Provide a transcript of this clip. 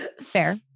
fair